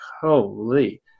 holy